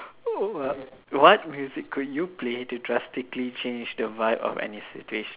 what music could you play to drastically change the vibe of any situation